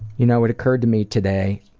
you know it occurred to me today